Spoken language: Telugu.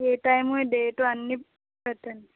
A time date అన్నీపెట్టండి